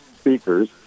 speakers